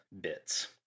bits